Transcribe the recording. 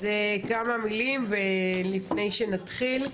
כמה מילים לפני שנתחיל.